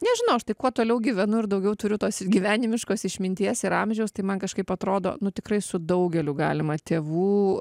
nežinau aš taip kuo toliau gyvenu ir daugiau turiu tos gyvenimiškos išminties ir amžiaus tai man kažkaip atrodo nu tikrai su daugeliu galima tėvų